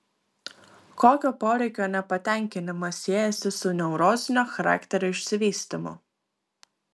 kokio poreikio nepatenkinimas siejasi su neurozinio charakterio išsivystymu